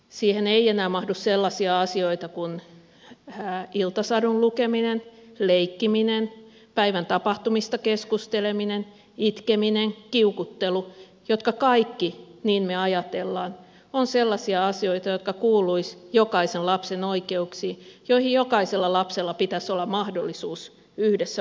siihen ei enää mahdu sellaisia asioita kuin iltasadun lukeminen leikkiminen päivän tapahtumista keskusteleminen itkeminen kiukuttelu jotka kaikki niin me ajattelemme ovat sellaisia asioita jotka kuuluisivat jokaisen lapsen oikeuksiin joihin jokaisella lapsella pitäisi olla mahdollisuus yhdessä vanhempiensa kanssa